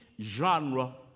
genre